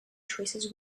choices